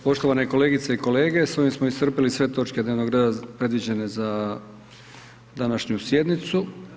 Poštovane kolegice i kolege, s ovim smo iscrpili sve točke dnevnog reda predviđene za današnju sjednicu.